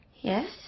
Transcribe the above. Yes